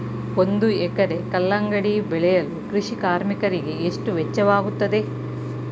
ಒಂದು ಎಕರೆ ಕಲ್ಲಂಗಡಿ ಬೆಳೆಯಲು ಕೃಷಿ ಕಾರ್ಮಿಕರಿಗೆ ಎಷ್ಟು ವೆಚ್ಚವಾಗುತ್ತದೆ?